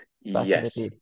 Yes